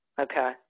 Okay